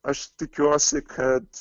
aš tikiuosi kad